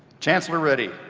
chancellor reddy,